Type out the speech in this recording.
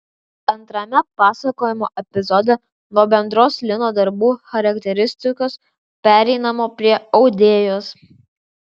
antrame pasakojimo epizode nuo bendros lino darbų charakteristikos pereinama prie audėjos